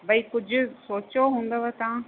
भई कुझु सोचो हूंदव तव्हां